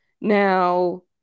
now